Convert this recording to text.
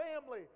family